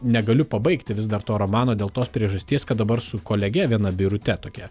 negaliu pabaigti vis dar to romano dėl tos priežasties kad dabar su kolege viena birute tokia